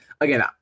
again